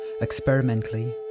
Experimentally